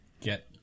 get